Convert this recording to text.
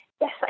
Yes